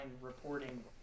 reporting